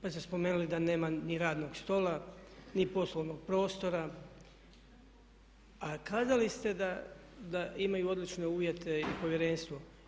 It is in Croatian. Pa ste spomenuli da nema ni radnog stola, ni poslovnog prostora a kazali ste da imaju odlične uvjete i povjerenstvo.